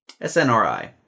SNRI